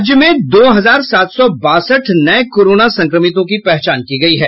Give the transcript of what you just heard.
राज्य में दो हजार सात सौ बासठ नये कोरोना संक्रमितों की पहचान की गई है